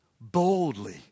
boldly